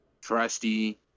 Trusty